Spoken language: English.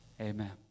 Amen